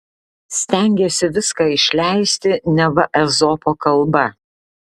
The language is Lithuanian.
stengėsi viską išleisti neva ezopo kalba